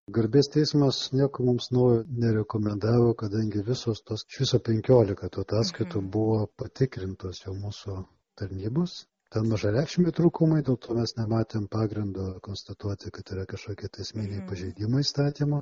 garbės teismas nieko mums naujo nerekomendavo kadangi visos tos iš viso penkiolika tų ataskaitų buvo patikrintos ir mūsų tarnybos ten mažareikšmiai trūkumai dėl to mes nematėm pagrindo konstatuoti kad yra kažkokie esminiai pažeidimai įstatymo